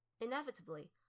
Inevitably